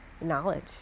knowledge